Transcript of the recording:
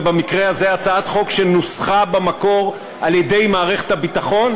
ובמקרה הזה הצעת חוק שנוסחה במקור על-ידי מערכת הביטחון,